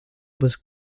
was